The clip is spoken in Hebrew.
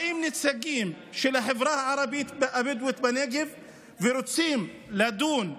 באים נציגים של החברה הערבית הבדואית בנגב ורוצים לדון בסוגיות,